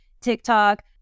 TikTok